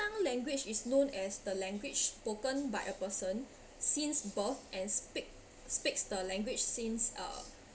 tongue language is known as the language spoken by a person since birth and speak speaks the language since uh